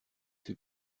fut